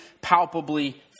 palpably